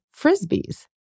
Frisbees